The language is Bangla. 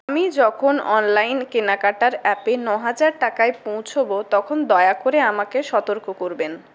আমি যখন অনলাইন কেনাকাটার অ্যাপে ন হাজার টাকায় পৌঁছবো তখন দয়া করে আমাকে সতর্ক করবেন